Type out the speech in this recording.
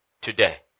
Today